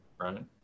right